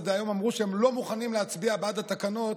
דהיום אמרו שהם לא מוכנים להצביע בעד התקנות,